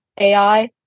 AI